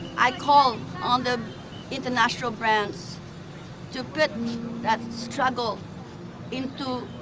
i call on the international brands to put that struggle into